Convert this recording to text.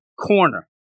corner